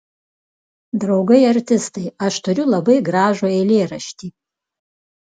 draugai artistai aš turiu labai gražų eilėraštį